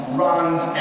runs